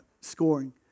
scoring